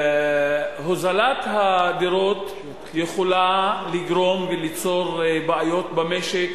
הוזלת הדירות יכולה לגרום וליצור בעיות במשק,